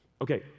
Okay